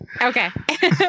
Okay